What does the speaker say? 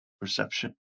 Perception